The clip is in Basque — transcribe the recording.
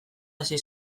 hasi